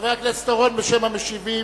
חבר הכנסת אורון בשם המשיבים.